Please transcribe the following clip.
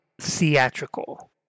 theatrical